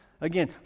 Again